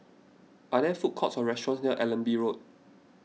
are there food courts or restaurants near Allenby Road